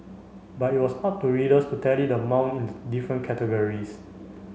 but it was up to readers to tally the amount in the different categories